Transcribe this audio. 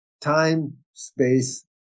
time-space